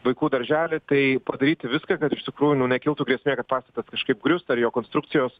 vaikų darželį tai padaryti viską kad iš tikrųjų nu nekiltų grėsmė kad pastatas kažkaip grius ar jo konstrukcijos